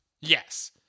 Yes